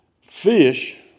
fish